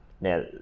Now